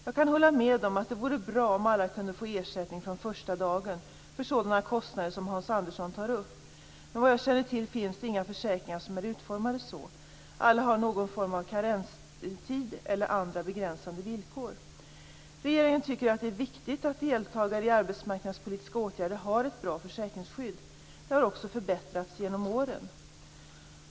Jag kan hålla med om att det vore bra om alla kunde få ersättning från första dagen för sådana kostnader som Hans Andersson tar upp, men vad jag känner till finns det inga försäkringar som är utformade så. Alla har någon form av karenstid eller andra begränsande villkor. Regeringen tycker att det är viktigt att deltagare i arbetsmarknadspolitiska åtgärder har ett bra försäkringsskydd. Det har också förbättrats genom åren.